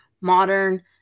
modern